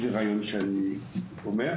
תודה רבה.